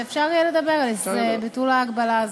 ואפשר יהיה לדבר על ביטול ההגבלה הזאת.